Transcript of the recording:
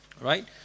Right